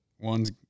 One's